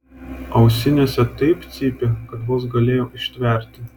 ausinėse taip cypė kad vos galėjau ištverti